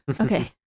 Okay